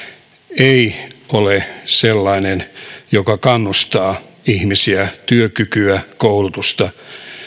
ei ole sellainen joka kannustaa ihmisiä työkykyä koulutusta